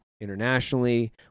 Internationally